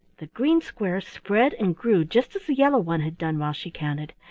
the green square spread and grew just as the yellow one had done while she counted,